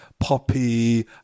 poppy